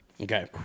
okay